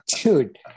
Dude